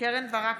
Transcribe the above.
קרן ברק,